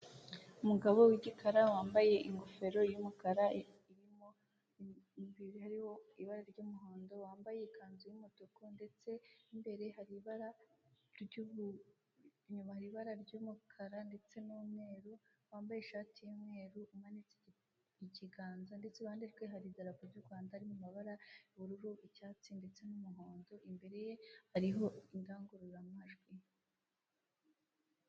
Umugabo w'igikara wambaye ingofero y'umukara irimo ibara ry'umuhondo, wambaye ikanzu y'umutuku ndetse ndetse hari ibara ry'inyuma ry'uumukara ndetse n'umweru, wambaye ishati y'umweru umanitse ikiganza ndetse iruhande rwe haridarapo ry'u Rwanda ririmo amabara y'ubururu icyatsi ndetse n'umuhondo, imbere ye hariho indangururamajwi.